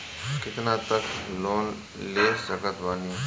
कितना तक लोन ले सकत बानी?